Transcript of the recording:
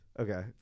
Okay